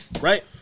Right